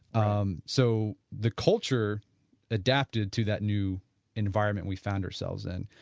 um so, the culture adapted to that new environment we found ourselves in.